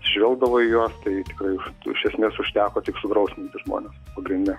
atsižvelgdavo į juos tai tikrai tai iš esmės užteko tik sudrausminti žmones pagrinde